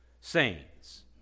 saints